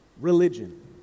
religion